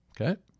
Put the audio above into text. Okay